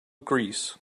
greece